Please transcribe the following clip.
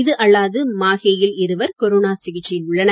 இது அல்லாது மாஹேயில் இருவர் கொரோனா சிகிச்சையில் உள்ளனர்